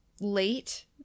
late